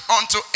unto